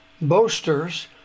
boasters